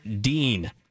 Dean